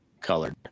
colored